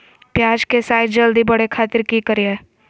प्याज के साइज जल्दी बड़े खातिर की करियय?